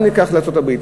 אל ניקח לארצות-הברית,